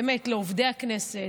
באמת לעובדי הכנסת,